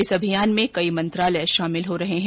इस अभियान में कई मंत्रालय शामिल हो रहे हैं